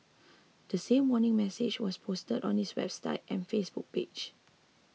the same warning message was posted on its website and Facebook page